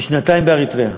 זה שכר שנתיים באריתריאה.